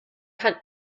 kann